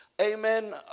amen